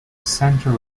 centre